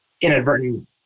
inadvertent